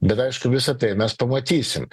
bet aišku visa tai mes pamatysim